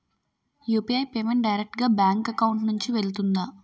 UPI payment direct గా bank account నుంచి వెళ్తుందా?